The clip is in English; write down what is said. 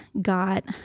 got